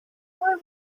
why